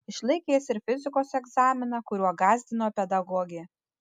išlaikė jis ir fizikos egzaminą kuriuo gąsdino pedagogė